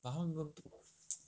but 他们